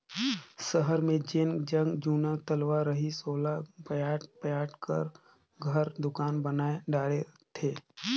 सहर मे जेन जग जुन्ना तलवा रहिस ओला पयाट पयाट क घर, दुकान बनाय डारे थे